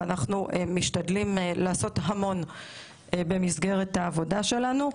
ואנחנו משתדלים לעשות המון במסגרת העבודה שלנו.